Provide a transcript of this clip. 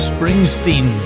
Springsteen